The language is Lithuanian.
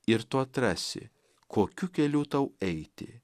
ir tu atrasi kokiu keliu tau eiti